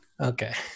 Okay